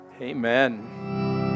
Amen